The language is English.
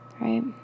right